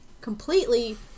completely